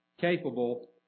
capable